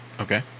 Okay